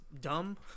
dumb